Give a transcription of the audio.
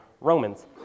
Romans